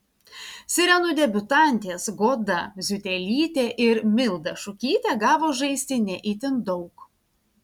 sirenų debiutantės goda ziutelytė ir milda šukytė gavo žaisti ne itin daug